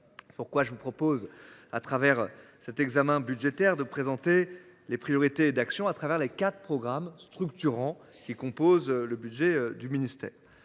pourquoi je vous propose de profiter de cet examen budgétaire pour présenter mes priorités d’action au travers des quatre programmes structurants composant le budget du ministère.